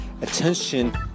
Attention